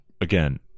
Again